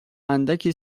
اندکی